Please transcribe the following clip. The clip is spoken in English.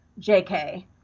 JK